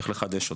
איך לחדש אותו,